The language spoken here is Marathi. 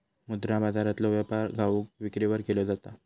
मुद्रा बाजारातलो व्यापार घाऊक विक्रीवर केलो जाता